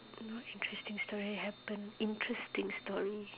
what interesting story happened interesting story